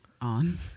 on